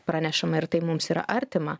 pranešama ir tai mums yra artima